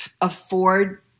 afford